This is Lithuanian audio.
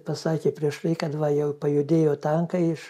pasakė prieš tai kad va jau pajudėjo tankai iš